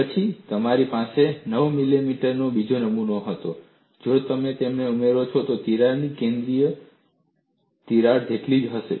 પછી તમારી પાસે 9 મિલીમીટરનો બીજો નમૂનો હતો જો તમે તેમને ઉમેરો છો તો તિરાડની લંબાઈ કેન્દ્રીય તિરાડ જેટલી જ છે